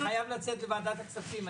אני חייב לצאת לוועדת הכספים.